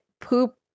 poop